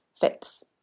fits